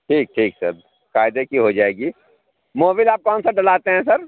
ٹھیک ٹھیک سر قاعدے کی ہو جائے گی موبل آپ کون سا ڈلاتے ہیں سر